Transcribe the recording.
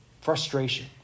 frustration